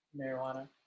marijuana